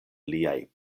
liaj